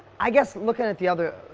i guess looking at the other,